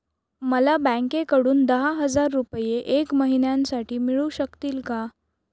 मला बँकेकडून दहा हजार रुपये एक महिन्यांसाठी मिळू शकतील का?